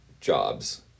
jobs